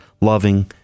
loving